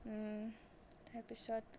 তাৰপিছত